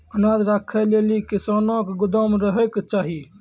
अनाज राखै लेली कैसनौ गोदाम रहै के चाही?